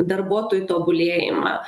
darbuotojų tobulėjimą